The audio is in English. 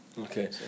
Okay